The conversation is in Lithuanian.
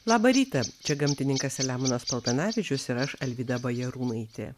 labą rytą čia gamtininkas selemonas paltanavičius ir aš alvyda bajarūnaitė